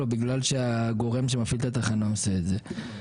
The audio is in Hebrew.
או בגלל שהגורם שמפעיל את התחנה עושה את זה.